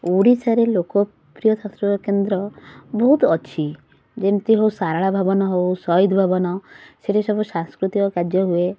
ଓଡ଼ିଶାରେ ଲୋକପ୍ରିୟ ସାଂସ୍କୃତିକକେନ୍ଦ୍ର ବହୁତ ଅଛି ଯେମିତି ହଉ ଶାରଳାଭବନ ହଉ ସହିଦଭବନ ସେଇଠି ସବୁ ସାଂସ୍କୃତିକ କାର୍ଯ୍ୟ ହୁଏ